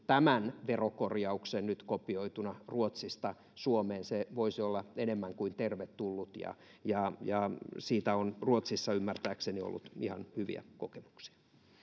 tämän verokorjauksen kopioituna ruotsista suomeen se voisi olla enemmän kuin tervetullut ja ja siitä on ruotsissa ymmärtääkseni ollut ihan hyviä kokemuksia